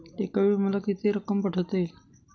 एकावेळी मला किती रक्कम पाठविता येईल?